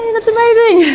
that's amazing!